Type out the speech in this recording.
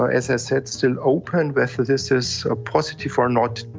ah as i said, still open whether this is a positive or not.